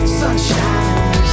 sunshine